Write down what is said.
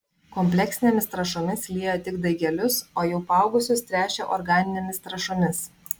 kompleksinėmis trąšomis liejo tik daigelius o jau paaugusius tręšė organinėmis trąšomis